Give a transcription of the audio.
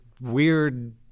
weird